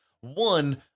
One